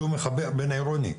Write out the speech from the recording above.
בין-עירוני,